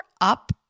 up